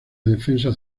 defensa